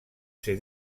ser